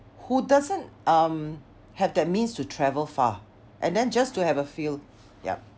who doesn't um have that means to travel far and then just to have a feel yup